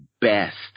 best